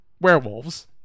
werewolves